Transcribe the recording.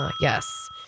Yes